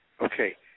Okay